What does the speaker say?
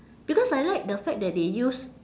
because I like the fact that they use